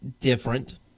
different